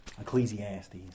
Ecclesiastes